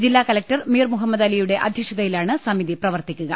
ജില്ലാ കലക്ടർ മീർ മുഹമ്മദലിയുടെ അധ്യക്ഷതയിലാണ് സമിതി പ്രവർത്തിക്കുക